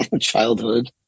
childhood